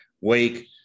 Wake